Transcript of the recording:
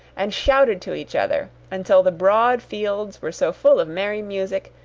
and shouted to each other, until the broad fields were so full of merry music,